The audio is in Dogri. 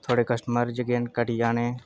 थुआढ़े कस्टमर जेह्के न घटी जाने